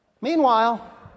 meanwhile